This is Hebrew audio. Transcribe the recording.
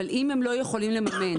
אבל אם הם לא יכולים לממן